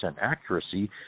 accuracy